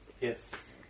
Yes